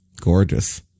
Gorgeous